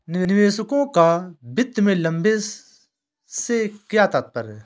निवेशकों का वित्त में लंबे से क्या तात्पर्य है?